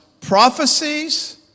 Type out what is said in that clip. prophecies